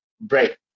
break